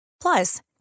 Plus